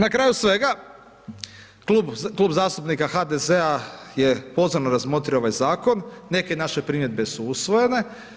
Na kraju svega Klub zastupnika HDZ-a je pozorno razmotrio ovaj zakon, neke naše primjedbe su usvojene.